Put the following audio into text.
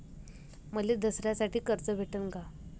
मले दसऱ्यासाठी कर्ज भेटन का?